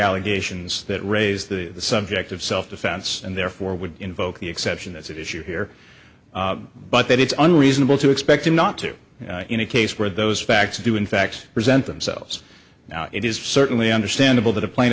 allegations that raise the subject of self defense and therefore would invoke the exception that's at issue here but that it's unreasonable to expect him not to in a case where those facts do in fact present themselves now it is certainly understandable that a pla